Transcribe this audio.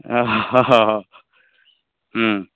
ହ ହ ହ ହୁଁ